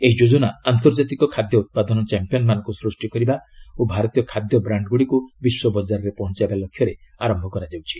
ଏହି ଯୋଜନା ଆନ୍ତର୍ଜାତିକ ଖାଦ୍ୟ ଉତ୍ପାଦନ ଚାମ୍ପିୟନ୍ ମାନଙ୍କୁ ସୃଷ୍ଟି କରିବା ଓ ଭାରତୀୟ ଖାଦ୍ୟ ବ୍ରାଣ୍ଡ ଗୁଡ଼ିକୁ ବିଶ୍ୱ ବଜାରରେ ପହଞ୍ଚାଇବା ଲକ୍ଷ୍ୟରେ ଆରମ୍ଭ କରାଯାଉଛି